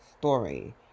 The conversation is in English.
story